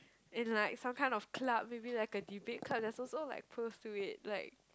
in like some kind of club maybe like a debate club there's also like pros to it like